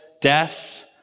death